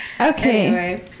Okay